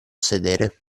sedere